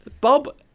Bob